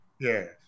Yes